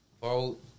Vote